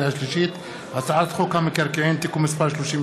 הצעת חוק שירותי הסעד (תיקון,